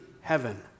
heaven